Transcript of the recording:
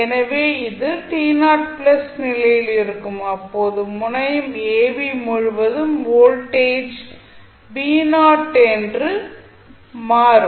எனவே இது நிலையில் இருக்கும் அப்போது முனையம் ab முழுவதும் வோல்ட்டேஜ் என்று மாறும்